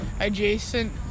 adjacent –